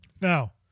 Now